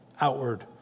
outward